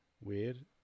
weird